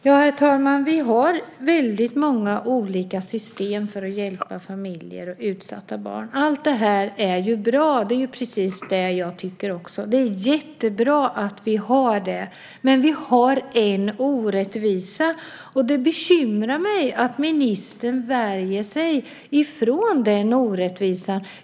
Herr talman! Vi har väldigt många olika system för att hjälpa familjer och utsatta barn. Allt det är bra. Det tycker jag också. Det är jättebra att vi har det, men vi har en orättvisa. Det bekymrar mig att ministern vänder sig ifrån den orättvisan.